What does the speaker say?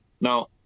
Now